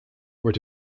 were